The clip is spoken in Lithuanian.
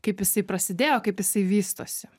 kaip jisai prasidėjo kaip jisai vystosi